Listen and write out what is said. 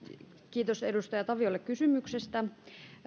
kiitos edustaja taviolle kysymyksestä